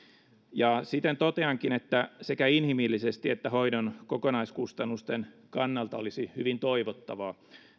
siten toteankin että sekä inhimillisesti että hoidon kokonaiskustannusten kannalta olisi hyvin toivottavaa